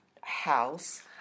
house